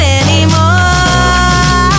anymore